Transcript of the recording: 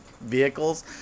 vehicles